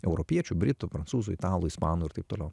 europiečių britų prancūzų italų ispanų ir taip toliau